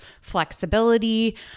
flexibility